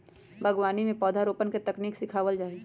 बागवानी में पौधरोपण के तकनीक सिखावल जा हई